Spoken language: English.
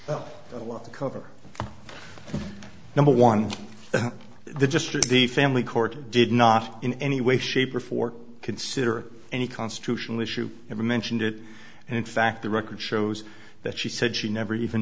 you a lot to cover number one the district the family court did not in any way shape or form consider any constitutional issue ever mentioned it and in fact the record shows that she said she never even